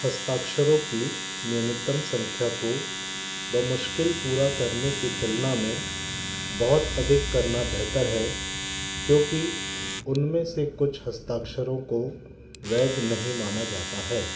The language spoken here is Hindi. हस्ताक्षरों की न्यूनतम संख्या को बमुश्किल पूरा करने की तुलना में बहुत अधिक करना बेहतर है क्योंकि उनमें से कुछ हस्ताक्षरों को वैध नहीं माना जाता है